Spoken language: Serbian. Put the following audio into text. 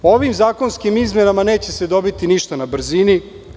Ovim zakonskim izmenama neće se dobiti ništa na brzini.